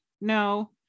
no